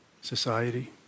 society